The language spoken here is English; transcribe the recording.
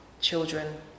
children